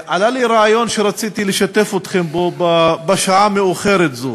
עלה לי רעיון שרציתי לשתף אתכם בו בשעה מאוחרת זו.